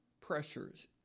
pressures